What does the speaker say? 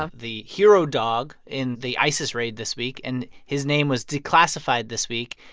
ah the hero dog in the isis raid this week and his name was declassified this week.